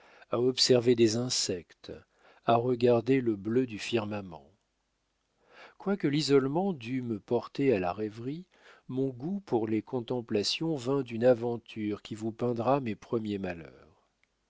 à observer des insectes à regarder le bleu du firmament quoique l'isolement dût me porter à la rêverie mon goût pour les contemplations vint d'une aventure qui vous peindra mes premiers malheurs